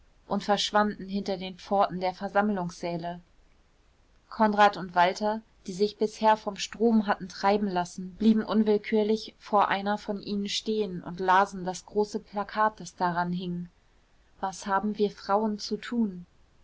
und verschwanden hinter den pforten der versammlungssäle konrad und walter die sich bisher vom strom hatten treiben lassen blieben unwillkürlich vor einer von ihnen stehen und lasen das große plakat das daran hing was haben wir frauen zu tun